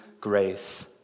grace